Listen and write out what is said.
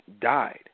Died